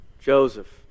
Joseph